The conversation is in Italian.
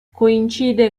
coincide